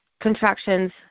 contractions